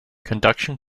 conduction